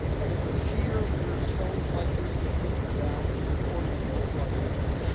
and it was here where stones like this were moved about on wheels like this,